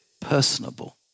personable